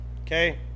Okay